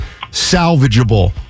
salvageable